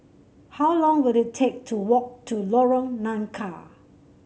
how long will it take to walk to Lorong Nangka